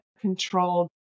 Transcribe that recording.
controlled